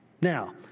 Now